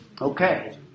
Okay